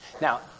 Now